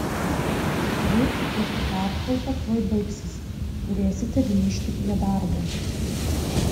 jūsų pietų pertrauka tuoj baigsis turėsite grįžti prie darbo